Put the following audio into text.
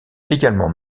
également